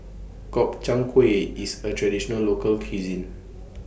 Gobchang Gui IS A Traditional Local Cuisine